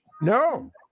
No